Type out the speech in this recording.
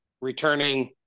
returning